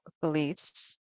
beliefs